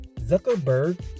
Zuckerberg